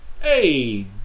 hey